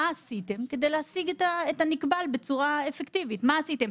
מה עשיתם כדי להשיג את הנקבל בצורה אפקטיבית מה עשיתם?